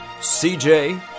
CJ